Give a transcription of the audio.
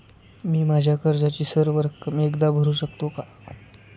मी माझ्या कर्जाची सर्व रक्कम एकदा भरू शकतो का?